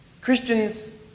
Christians